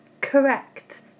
Correct